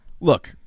Look